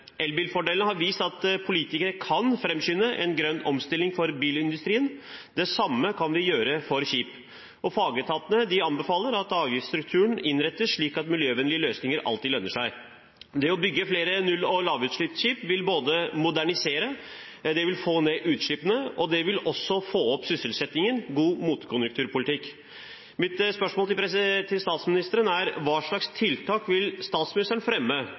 Elbilfordelene har vist at politikerne kan framskynde en grønn omstilling for bilindustrien. Det samme kan vi gjøre for skip. Fagetatene anbefaler at avgiftsstrukturen innrettes slik at miljøvennlige løsninger alltid lønner seg. Det å bygge flere null- og lavutslippsskip vil både modernisere, få ned utslippene og også få opp sysselsettingen – god motkonjunkturpolitikk. Mitt spørsmål til statsministeren er: Hva slags tiltak vil statsministeren fremme